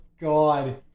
god